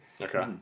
Okay